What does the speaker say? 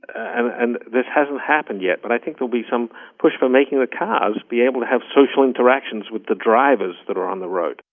and and this hasn't happened yet, but i think there'll be some push for making the cars be able to have social interactions with the drivers that are on the road.